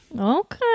Okay